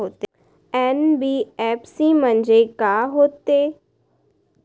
NBFC म्हणजे का होते?